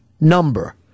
number